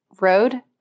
road